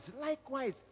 likewise